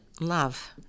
love